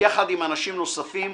ביחד עם אנשים נוספים,